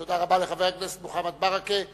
תודה רבה לחבר הכנסת מוחמד ברכה.